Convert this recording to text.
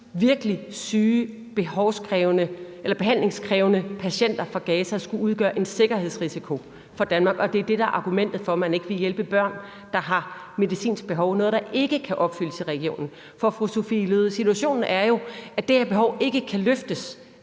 virkelig syge behandlingskrævende patienter fra Gaza skulle udgøre en sikkerhedsrisiko for Danmark, og at det er det, der er argumentet for, at man ikke vil hjælpe børn, der har medicinsk behov – noget, der ikke kan opfyldes i regionen. For, sundhedsminister, situationen er jo, at det her behov ikke kan løftes